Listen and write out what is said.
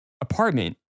apartment